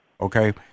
okay